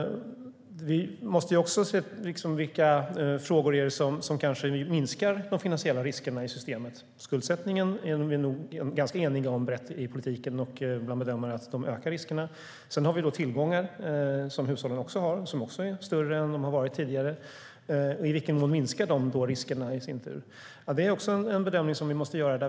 Vi måste också se vilka frågor det är som kanske minskar de finansiella riskerna i systemet. Att skuldsättningen är bland de faktorer som ökar riskerna är vi nog ganska eniga om i politiken och bland bedömare. Sedan har vi hushållens tillgångar, som också är större än de har varit tidigare. I vilken mån minskar de då riskerna? Det är också en bedömning som vi måste göra.